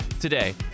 Today